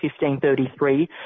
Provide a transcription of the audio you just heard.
1533